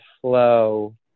flow